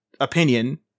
opinion